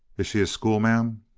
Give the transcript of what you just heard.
is she a schoolma'am?